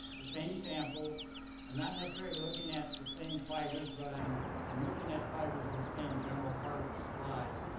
the same sample i'm not necessary looking at the same fibers but i'm i'm looking at fibers in the same general part of the slide